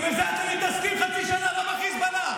כי בזה אתם מתעסקים חצי שנה, לא בחיזבאללה.